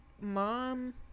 Mom